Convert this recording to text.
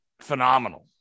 phenomenal